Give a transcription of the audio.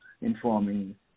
informing